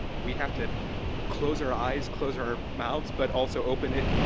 we have to close our eyes, close our mouth but also open it,